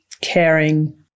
caring